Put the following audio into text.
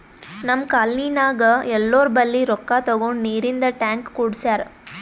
ನಮ್ ಕಾಲ್ನಿನಾಗ್ ಎಲ್ಲೋರ್ ಬಲ್ಲಿ ರೊಕ್ಕಾ ತಗೊಂಡ್ ನೀರಿಂದ್ ಟ್ಯಾಂಕ್ ಕುಡ್ಸ್ಯಾರ್